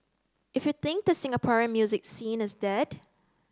if you think the Singaporean music scene is dead